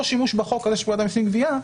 שימוש בחוק הזה של פקודת המסים (גבייה)